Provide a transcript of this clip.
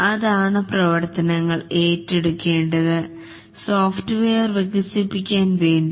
അതാണ് പ്രവർത്തനങ്ങൾ ഏറ്റെടുക്കേണ്ടത് സോഫ്റ്റ്വെയർ വികസിപ്പിക്കാൻ വേണ്ടി